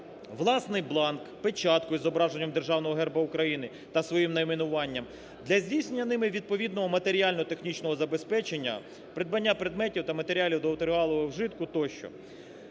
власний бланк, печатку з зображенням державного Герба України та своїм найменуванням, для здійснення ними відповідного матеріально-технічного забезпечення, придбання предметів та матеріалів для тривалого вжитку тощо.